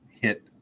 hit